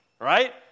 right